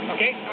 Okay